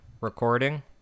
recording